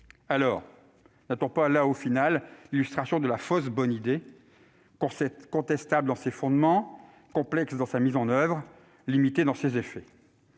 Alors, n'a-t-on pas là, finalement, l'illustration de la fausse bonne idée : contestable dans ses fondements, complexe dans sa mise en oeuvre, limitée dans ses effets ?